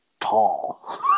tall